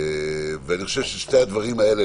אני חושב שאת שני הדברים האלה,